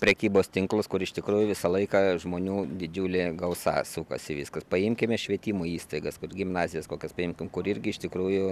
prekybos tinklus kur iš tikrųjų visą laiką žmonių didžiulė gausa sukasi viskas paimkime švietimo įstaigas kur gimnazijas kokias paimkim kur irgi iš tikrųjų